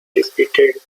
repeated